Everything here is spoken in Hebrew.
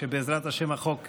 כשבעזרת השם החוק יעבור,